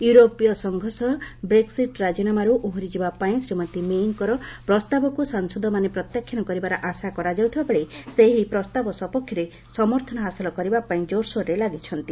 ୟୁରୋପୀୟ ସଂଘ ସହ ବେକ୍ସିଟି ରାଜିନାମାରୁ ଓହରିଯିବା ପାଇଁ ଶ୍ରୀମତୀ ମେ'ଙ୍କର ପ୍ରସ୍ତାବକୁ ସାଂସଦମାନେ ପ୍ରତ୍ୟାଖ୍ୟାନ କରିବାର ଆଶା କରାଯାଉଥିବାବେଳେ ସେ ଏହି ପ୍ରସ୍ତାବ ସପକ୍ଷରେ ସମର୍ଥନ ହାସଲ କରିବା ପାଇଁ ଜୋରସୋର ଲାଗିଛନ୍ତି